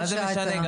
מה זה משנה?